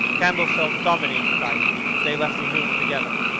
campbell felt dominated by him. they left the room together.